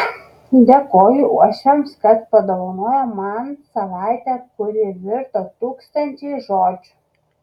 dėkoju uošviams kad padovanojo man savaitę kuri virto tūkstančiais žodžių